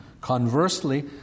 Conversely